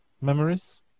memories